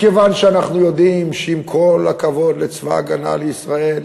מכיוון שאנחנו יודעים שעם כל הכבוד לצבא הגנה לישראל,